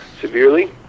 severely